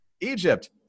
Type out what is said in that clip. Egypt